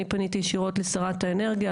אני פניתי ישירות לשרת האנרגיה,